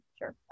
Sure